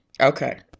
okay